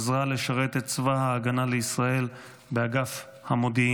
לשרת את צבא ההגנה לישראל באגף המודיעין.